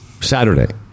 Saturday